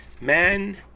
man